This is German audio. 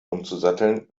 umzusatteln